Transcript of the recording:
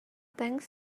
thanks